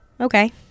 Okay